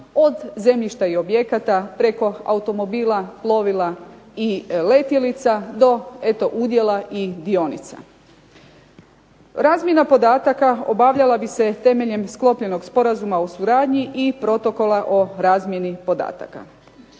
od zemljišta i objekata, preko automobila, plovila i letjelica, do eto udjela i dionica. Razmjena podataka obavljala bi se temeljem sklopljenog sporazuma o suradnji i protokola o razmjeni podataka.